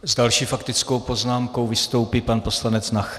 S další faktickou poznámkou vystoupí pan poslanec Nacher.